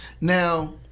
Now